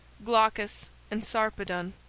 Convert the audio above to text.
glaucus and sarpedon.